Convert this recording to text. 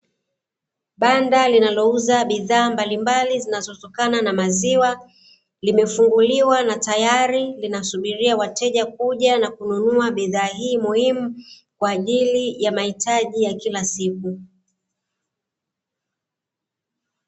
Banda linalouza bidhaa mbalimbali zinazotokana na maziwa limefunguliwa tayari, linasubiria wateja kuja kununua bidhaa hii muhimu kwaajili ya mahitaji ya kila siku.